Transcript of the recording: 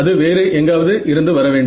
அது வேறு எங்காவது இருந்து வர வேண்டும்